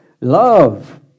Love